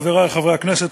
חברי חברי הכנסת,